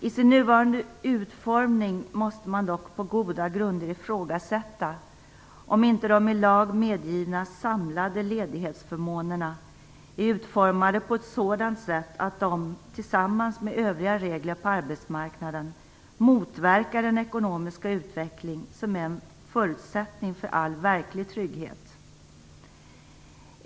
I sin nuvarande utformning måste man dock på goda grunder ifrågasätta om inte de i lag medgivna samlade ledighetsförmånerna är utformade på ett sådant sätt att de, tillsammans med övriga regler på arbetsmarknaden, motverkar den ekonomiska utveckling som är en förutsättning för all verklig trygghet.